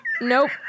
Nope